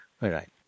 Right